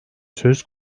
söz